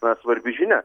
na svarbi žinia